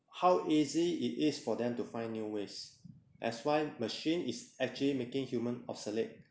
how easy it is for them to find new ways that's why machine is actually making human obsolete